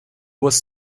was